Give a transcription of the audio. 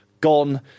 gone